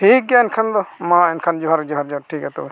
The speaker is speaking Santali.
ᱴᱷᱤᱠ ᱜᱮᱭᱟ ᱮᱱᱠᱷᱟᱱ ᱫᱚ ᱢᱟ ᱮᱱᱠᱷᱟᱱ ᱡᱚᱦᱟᱨ ᱡᱚᱦᱟᱨ ᱡᱚᱦᱟᱨ ᱴᱷᱤᱠ ᱜᱮᱭᱟ ᱛᱚᱵᱮ